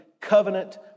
covenant